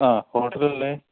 ആ ഹോട്ടലല്ലേ